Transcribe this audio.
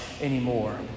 anymore